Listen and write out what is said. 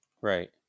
Right